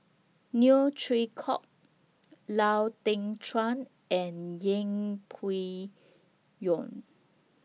Neo Chwee Kok Lau Teng Chuan and Yeng Pway Ngon